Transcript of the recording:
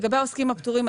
לגבי העוסקים הפטורים,